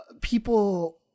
people